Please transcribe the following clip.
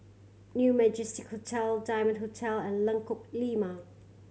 New Majestic Hotel Diamond Hotel and Lengkok Lima